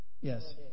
Yes